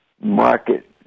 market